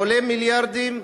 עולה מיליארדים,